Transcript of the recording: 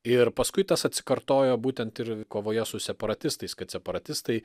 ir paskui tas atsikartojo būtent ir kovoje su separatistais kad separatistai